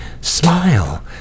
smile